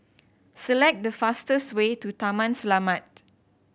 select the fastest way to Taman Selamat